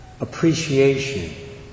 appreciation